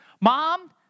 Mom